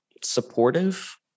supportive